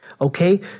Okay